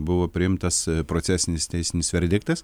buvo priimtas procesinis teisinis verdiktas